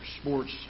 sports